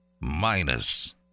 minus